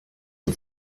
zur